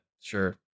sure